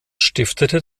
stiftete